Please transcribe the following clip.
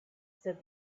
said